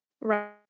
Right